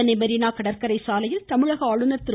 சென்னை மெரீனா கடற்கரை சாலையில் தமிழக ஆளுநர் திரு